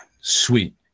Sweet